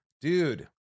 dude